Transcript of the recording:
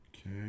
okay